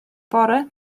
bore